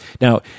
now